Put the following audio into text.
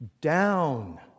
Down